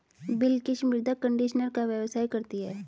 बिलकिश मृदा कंडीशनर का व्यवसाय करती है